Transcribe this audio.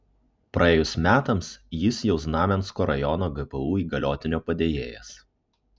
praėjus metams jis jau znamensko rajono gpu įgaliotinio padėjėjas